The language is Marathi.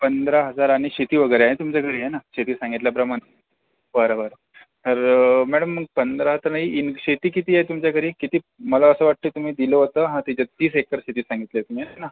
पंधरा हजार आणि शेती वगैरे आहे ना तुमच्याकडे आहे ना शेती सांगितल्याप्रमाणं बरं बरं तर मॅडम मग पंधरा तर नाही शेती किती आहे तुमच्याकडे किती मला असं वाटते तुम्ही दिलं होतं त्याच्यात तीस एकर शेती सांगितली तुम्ही है ना